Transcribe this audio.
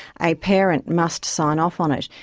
a parent must sign off on it,